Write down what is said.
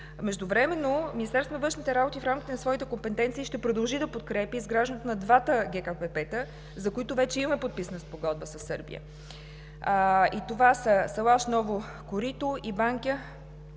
Междувременно Министерството на външните работи в рамките на своите компетенции ще продължи да подкрепя изграждането на двете ГКПП-та, за които вече имаме подписана спогодба със Сърбия. Това са „Салаш – Ново корито“, и „Банкя